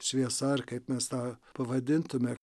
šviesa ar kaip mes tą pavadintume